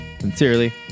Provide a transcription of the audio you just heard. Sincerely